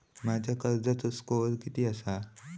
माझ्या कर्जाचो स्कोअर किती आसा?